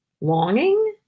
Longing